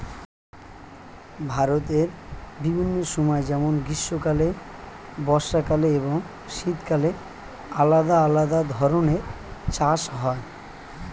ভারতের বিভিন্ন সময় যেমন গ্রীষ্মকালে, বর্ষাকালে এবং শীতকালে আলাদা আলাদা ধরনের চাষ হয়